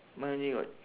mine only got